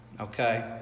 Okay